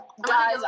guys